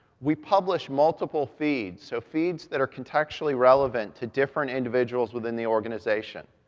we publish multiple feeds, so feeds that are contextually relevant to different individuals within the organization.